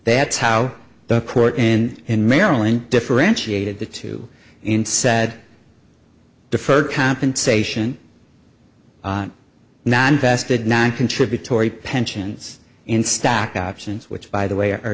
that's how the court in in maryland differentiated the two in said deferred compensation not invested noncontributory pensions in stock options which by the way